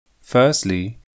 Firstly